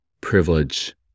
privilege